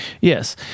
Yes